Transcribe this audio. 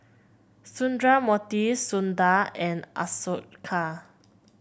Sundramoorthy Sundar and Ashoka